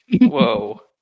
Whoa